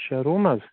شےٚ روٗم حظ